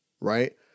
right